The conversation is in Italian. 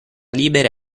libera